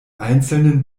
einzelnen